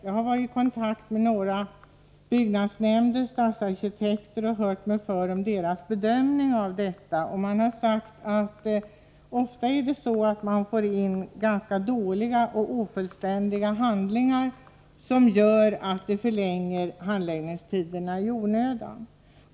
Jag har varit i kontakt med några byggnadsnämnder och stadsarkitekter och hört mig för om deras bedömning av detta, och de har sagt att man ofta får in ganska dåliga och ofullständiga handlingar, vilket gör att handläggningstiderna förlängs i onödan.